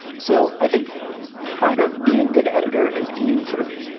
so i think part of being a good editor is being sort of